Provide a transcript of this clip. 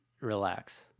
relax